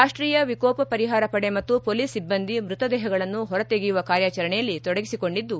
ರಾಷ್ಟೀಯ ವಿಕೋಪ ಪರಿಹಾರ ಪಡೆ ಮತ್ತು ಪೊಲೀಸ್ ಸಿಬ್ದಂದಿ ಮೃತದೇಹಗಳನ್ನು ಹೊರತೆಗೆಯುವ ಕಾರ್ಯಾಚರಣೆಯಲ್ಲಿ ತೊಡಗಿಸಿಕೊಂಡಿದ್ದು